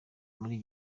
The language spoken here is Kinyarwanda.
muri